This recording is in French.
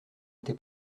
été